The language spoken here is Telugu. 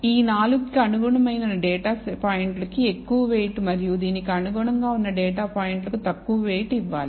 ఈ 4 కి అనుగుణమైన డేటా పాయింట్లు కి ఎక్కువ వెయిట్ మరియు దీనికి అనుగుణంగా ఉన్న డేటా పాయింట్లకు తక్కువ వెయిట్ ఇవ్వాలి